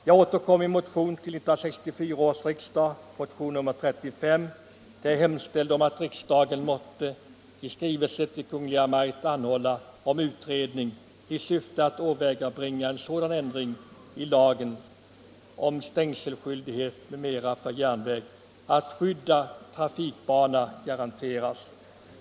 Jag återkom i motionen 35 till 1964 års riksdag, där jag hemställde att riksdagen måtte i skrivelse till Kungl. Maj:t anhålla om utredning i syfte att åvägabringa sådan ändring i lagen om stängselskyldighet för järnväg att skyddad trafikbana garanteras.